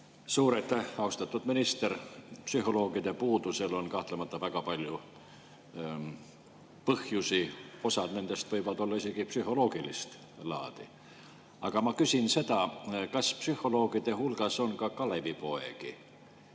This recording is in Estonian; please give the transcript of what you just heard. Suur aitäh! Austatud minister! Psühholoogide puudusel on kahtlemata väga palju põhjusi, osa nendest võib olla isegi psühholoogilist laadi. Aga ma küsin seda: kas psühholoogide hulgas on ka Kalevipoegi